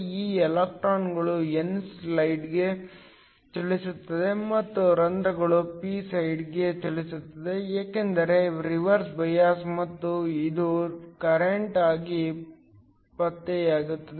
ಈ ಎಲೆಕ್ಟ್ರಾನ್ಗಳು n ಸೈಡ್ಗೆ ಚಲಿಸುತ್ತವೆ ಮತ್ತು ರಂಧ್ರಗಳು p ಸೈಡ್ಗೆ ಚಲಿಸುತ್ತವೆ ಏಕೆಂದರೆ ರಿವರ್ಸ್ ಬಯಾಸ್ ಮತ್ತು ಇದು ಕರೆಂಟ್ ಆಗಿ ಪತ್ತೆಯಾಗುತ್ತದೆ